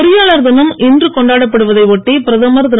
பொறியாளர் தினம் இன்று கொண்டாடப்படுவதை ஓட்டி பிரதமர் திரு